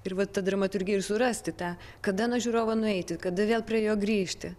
ir va ta dramaturgija ir surasti tą kada nuo žiūrovo nueiti kada vėl prie jo grįžti